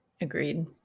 Agreed